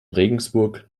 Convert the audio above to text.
regensburg